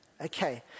okay